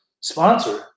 sponsor